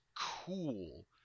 cool